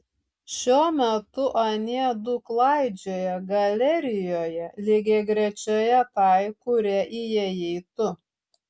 šiuo metu anie du klaidžioja galerijoje lygiagrečioje tai kuria įėjai tu